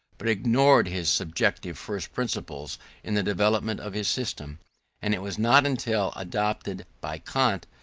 but ignored his subjective first principles in the development of his system and it was not until adopted by kant,